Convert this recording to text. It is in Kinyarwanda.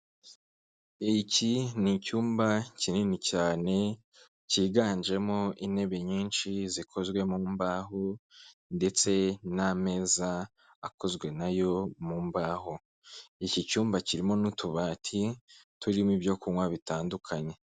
Iki ni icyumba kinini cyane cyiganjemo intebe nyinshi zikozwemo mu mbaho ndetse n'ameza akozwe nayo mu mbaho, iki cyumba kirimo n'utubati turimo ibyo kunywa bitandukanye.